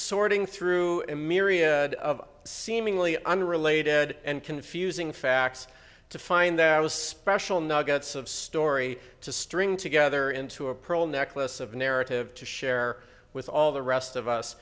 sorting through a myriad of seemingly unrelated and confusing facts to find there was special nuggets of story to string together into a pearl necklace of narrative to share with all the rest of us